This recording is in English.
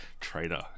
traitor